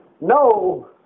no